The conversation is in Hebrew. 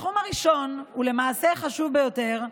התחום הראשון, ולמעשה החשוב ביותר,